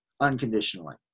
unconditionally